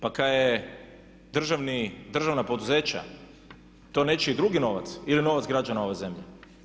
Pa kaj je državna poduzeća to nečiji drugi novac ili novac građana ove zemlje?